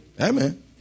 Amen